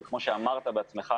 וכמו שאמרת בעצמך,